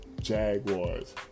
Jaguars